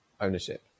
ownership